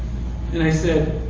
and i said,